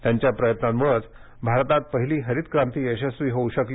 त्यांच्या प्रयत्नांमुळेच भारतात पहिली हरितक्रांती यशस्वी होऊ शकली